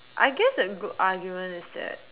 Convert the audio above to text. I guess a good argument is that